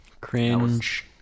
Cringe